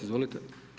Izvolite.